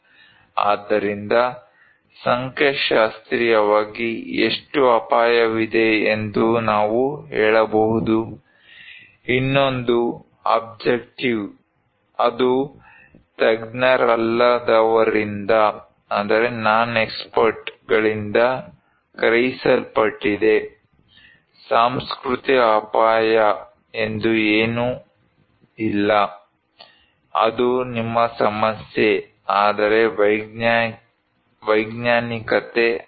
ಆದ್ದರಿಂದ ಸಂಖ್ಯಾಶಾಸ್ತ್ರೀಯವಾಗಿ ಎಷ್ಟು ಅಪಾಯವಿದೆ ಎಂದು ನಾವು ಹೇಳಬಹುದು ಇನ್ನೊಂದು ಅಬ್ಜೆಕ್ಟಿವ್ ಅದು ತಜ್ಞರಲ್ಲದವರಿಂದ ಗ್ರಹಿಸಲ್ಪಟ್ಟಿದೆ ಸಾಂಸ್ಕೃತಿಕ ಅಪಾಯ ಎಂದು ಏನೂ ಇಲ್ಲ ಅದು ನಿಮ್ಮ ಸಮಸ್ಯೆ ಆದರೆ ವೈಜ್ಞಾನಿಕತೆ ಇದೆ